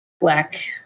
black